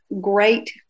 great